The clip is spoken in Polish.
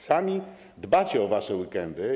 Sami dbacie o wasze weekendy.